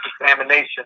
examination